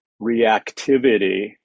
reactivity